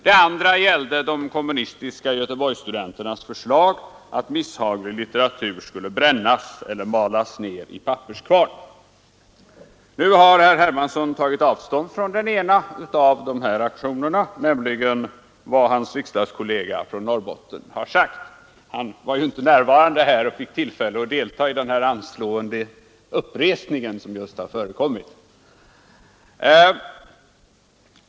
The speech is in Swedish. Det andra gällde de kommunistiska göteborgsstudenternas förslag att misshaglig litteratur skulle brännas eller malas ned i papperskvarn. Nu har herr Hermansson tagit avstånd från den ena av de här aktionerna, nämligen vad hans riksdagskollega från Norrbotten har sagt. Denne var inte närvarande här och fick inte delta i den anslående uppresning som just har förekommit.